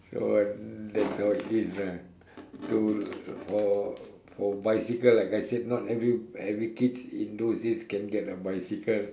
so uh that's how it is lah to for for bicycle like I said not every every kids in those days can get a bicycle